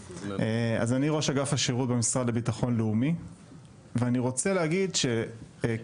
אני ראש אגף השירות במשרד לביטחון לאומי ואני רוצה להגיד שכבוד